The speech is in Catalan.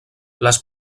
les